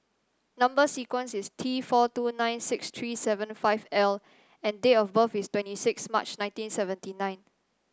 number sequence is T four two nine six three seven five L and date of birth is twenty six March nineteen seventy nine